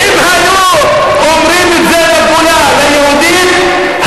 אם היו אומרים את זה בגולה ליהודים,